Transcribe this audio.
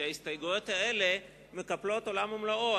שההסתייגויות האלה מקפלות עולם ומלואו.